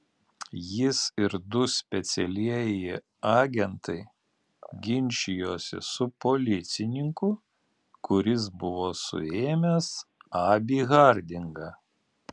jis ir du specialieji agentai ginčijosi su policininku kuris buvo suėmęs abį hardingą